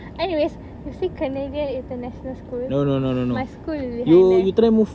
anyways you see canadian international school my school is behind there